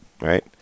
right